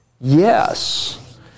Yes